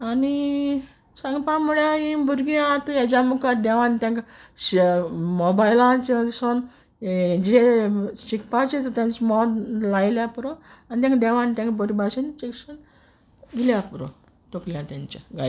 आनी सांगपा म्हुळ्या हीं भुरगीं आत हेज्या मुकार देवान तेंकां शे मॉबायलाचेरसून यें जें शिकपाचें सतांच मोन लायल्या पुरो आन तेंकां देवान तेंकां बोरी भाशेन चेरसून दिल्या पुरो तोकल्या तेंच्या गाय